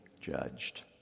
judged